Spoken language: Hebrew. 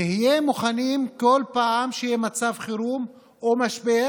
נהיה מוכנים, בכל פעם שבה יהיה מצב חירום או משבר